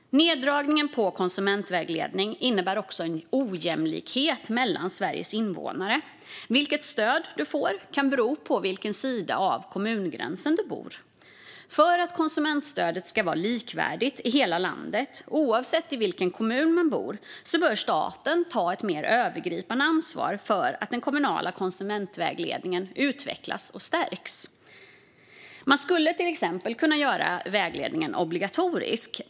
Neddragningen på konsumentvägledning innebär också en ojämlikhet mellan Sveriges invånare. Vilket stöd man får kan bero på vilken sida av kommungränsen man bor på. För att konsumentstödet ska vara likvärdigt i hela landet, oavsett vilken kommun man bor i, bör staten ta ett mer övergripande ansvar för att den kommunala konsumentvägledningen utvecklas och stärks. Man skulle till exempel kunna göra vägledningen obligatorisk.